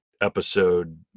episode